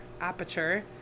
aperture